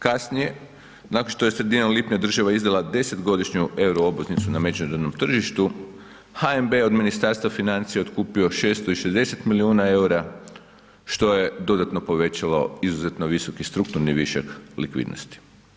Kasnije, nakon što je sredinom lipnja država izdala 10-godišnju euro obveznicu na međunarodnom tržištu, HNB je od Ministarstva financija otkupio 660 milijuna EUR-a što je dodatno povećalo izuzetno visoki strukturni višak likvidnosti.